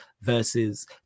versus